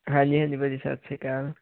ਹਾਂਜੀ ਹਾਂਜੀ ਭਾਅ ਜੀ ਸਤਿ ਸ਼੍ਰੀ ਅਕਾਲ